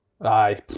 Aye